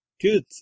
Good